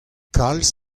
kalz